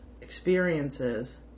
experiences